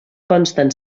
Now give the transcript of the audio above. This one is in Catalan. consten